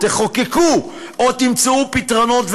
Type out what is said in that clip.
תחוקקו או תמצאו פתרונות,